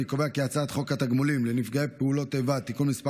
אני קובע כי הצעת חוק התגמולים לנפגעי פעולות איבה (תיקון מס'